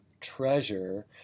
treasure